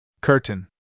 Curtain